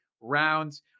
rounds